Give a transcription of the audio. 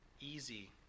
easy